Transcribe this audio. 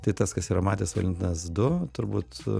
tai tas kas yra matęs valentinas du turbūt